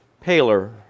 paler